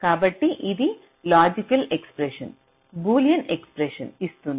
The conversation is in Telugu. కాబట్టి ఇది లాజిక్ ఎక్స్ప్రెషన్ బూలియన్ ఎక్స్ప్రెషన్ ఇస్తుంది